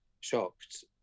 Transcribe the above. shocked